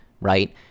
right